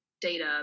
data